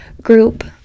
group